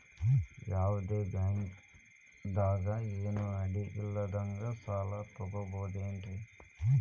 ಯಾವ್ದೋ ಬ್ಯಾಂಕ್ ದಾಗ ಏನು ಅಡ ಇಲ್ಲದಂಗ ಸಾಲ ತಗೋಬಹುದೇನ್ರಿ?